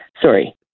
Sorry